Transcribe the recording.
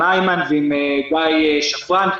עם אימן סייף ועם גיא שפרן.